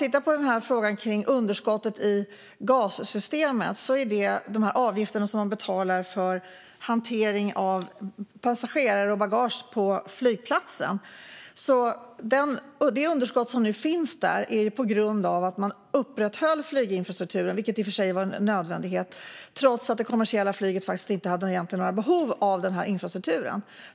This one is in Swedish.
När det gäller det underskott som finns i GAS-systemet, alltså de avgifter som man betalar för hantering av passagerare och bagage på flygplatsen, finns det där på grund av att man upprätthöll flyginfrastrukturen - vilket i och för sig var en nödvändighet - trots att det kommersiella flyget faktiskt egentligen inte hade några behov av denna infrastruktur.